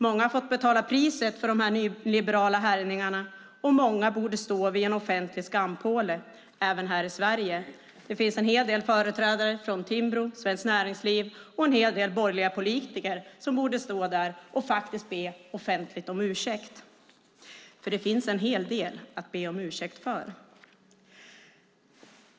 Många har fått betala priset för de nyliberala härjningarna, och många borde stå vid en offentlig skampåle även här i Sverige. Det finns en hel del företrädare från Timbro och Svenskt Näringsliv och en hel del borgerliga politiker som borde stå där och faktiskt be offentligt om ursäkt, för det finns en hel del att be om ursäkt för.